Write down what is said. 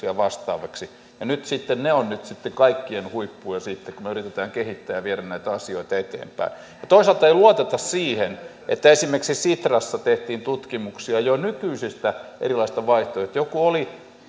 ja vastaavaksi ja nyt ne ovat kaikkien huippuja sitten kun me yritämme kehittää ja viedä näitä asioita eteenpäin toisaalta ei luoteta siihen että esimerkiksi sitrassa tehtiin tutkimuksia jo nykyisistä erilaisista vaihtoehdoista joku oli